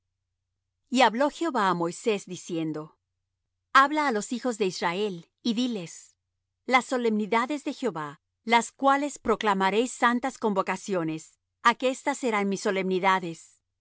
y hablo jehová á moisés diciendo habla á los hijos de israel y diles las solemnidades de jehová las cuales proclamaréis santas convocaciones aquestas serán mis solemnidades